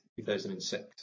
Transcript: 2006